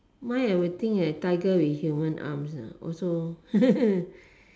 mine I will think uh tiger with human arms ah also